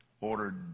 ordered